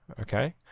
okay